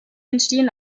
entstehen